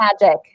magic